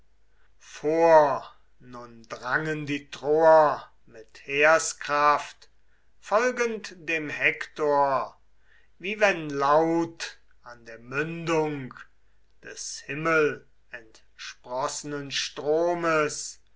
vor nun drangen die troer mit heerskraft folgend dem hektor wie wenn laut an der mündung des himmelentsprossenen stromes